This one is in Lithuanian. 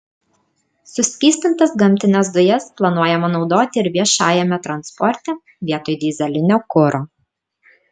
suskystintas gamtines dujas planuojama naudoti ir viešajame transporte vietoj dyzelinio kuro